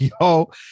Yo